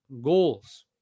goals